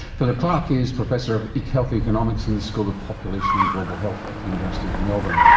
philip clarke is professor of like health economics in the school of population and global health at the university of melbourne.